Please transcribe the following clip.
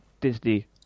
Disney